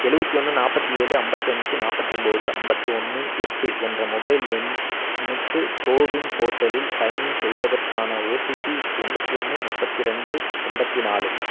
எழுபத்தி ஒன்று நாற்பத்தி ஏழு ஐம்பத்தி அஞ்சு நாற்பத்தி ஒம்பது ஐம்பத்தி ஒன்று எட்டு என்ற மொபைல் எண்ணுக்கு கோவின் போர்ட்டலில் சைன்இன் செய்வதற்கான ஓடிபி எண்பத்தி ஒன்று முப்பத்து ரெண்டு எண்பத்தி நாலு